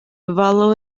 value